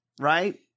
right